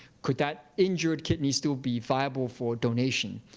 could that injured kidney still be viable for donation?